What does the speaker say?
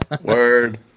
word